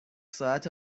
ساعت